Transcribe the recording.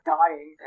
dying